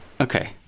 Okay